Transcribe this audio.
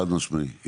חד משמעית.